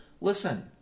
listen